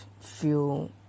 feel